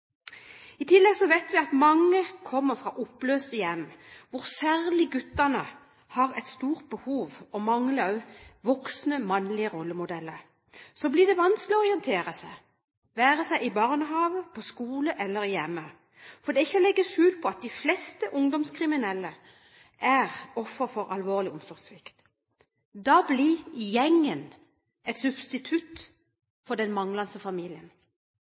I tillegg vet vi at med mange oppløste hjem, hvor særlig gutter har behov for og mangler voksne mannlige rollemodeller, så blir det vanskelig å orientere seg, det være seg i barnehagen, på skolen eller i hjemmet. For det er ikke til å legge skjul på at de fleste ungdomskriminelle er offer for alvorlig omsorgssvikt. Da blir «gjengen» en substitutt for den manglende familien.